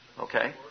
Okay